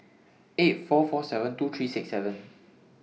eight four four seven two three six seven